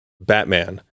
Batman